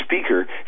speaker